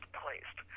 placed